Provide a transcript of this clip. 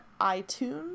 iTunes